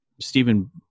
Stephen